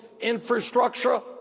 infrastructure